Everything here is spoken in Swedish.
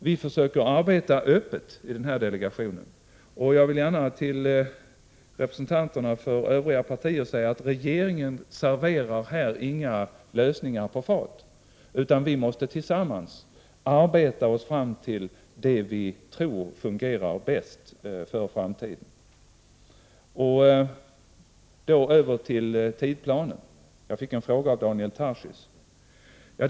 Vi försöker arbeta öppet i delegationen, och jag vill till representanterna för övriga partier säga att regeringen här inte serverar några lösningar på fat utan att vi tillsammans måste arbeta oss fram till det som vi tror fungerar bäst för framtiden. Över till tidsplanen. Daniel Tarschys ställde en fråga till mig om den.